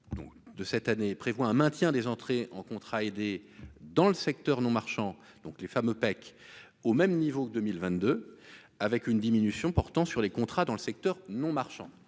de cette année, prévoit un maintien des entrées en contrats aidés dans le secteur non marchand, donc les femmes au même niveau que 2022, avec une diminution portant sur les contrats dans le secteur non marchand,